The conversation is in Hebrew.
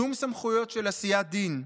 שום סמכות של עשיית דין.